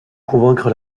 convaincre